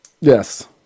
Yes